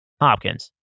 Hopkins